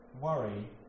worry